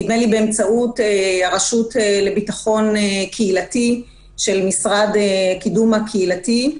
נדמה לי שבאמצעות הרשות לביטחון קהילתי של המשרד לקידום קהילתי.